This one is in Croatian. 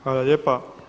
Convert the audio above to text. Hvala lijepa.